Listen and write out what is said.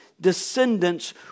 descendants